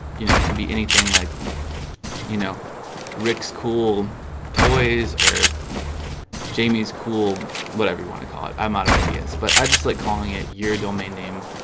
you know, it could be anything like you know rick school toys or jamie's cool, whatever you want to call it. i'm out of ideas, but i just like calling it your domain name,